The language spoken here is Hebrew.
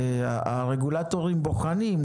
הרגולטורים בוחנים,